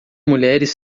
mulheres